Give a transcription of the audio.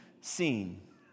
seen